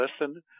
Listen